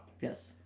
Yes